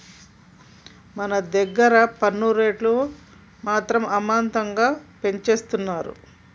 మన దగ్గర పన్ను రేట్లు మాత్రం అమాంతం పెంచేస్తున్నారు